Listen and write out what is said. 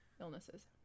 illnesses